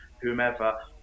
whomever